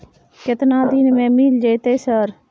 केतना दिन में मिल जयते सर?